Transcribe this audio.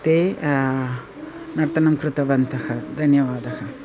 ते नर्तनं कृतवन्तः धन्यवादः